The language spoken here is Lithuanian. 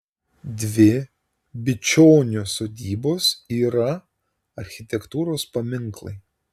dvi bičionių sodybos yra architektūros paminklai